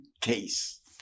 case